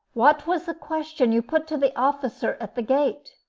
what was the question you put to the officer at the gate?